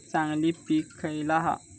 चांगली पीक खयला हा?